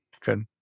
good